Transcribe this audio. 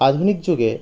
আধুনিক যুগে